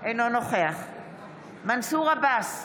אינו נוכח מנסור עבאס,